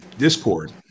discord